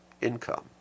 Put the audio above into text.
income